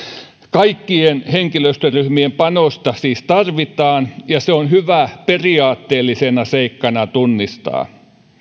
kaikkien henkilöstöryhmien panosta siis tarvitaan ja se on hyvä periaatteellisena seikkana tunnistaa